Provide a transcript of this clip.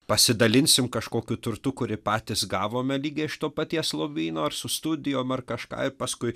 pasidalinsim kažkokiu turtu kurį patys gavome lygiai iš to paties lobyno ar su studijom ar kažką ir paskui